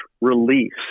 release